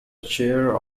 chair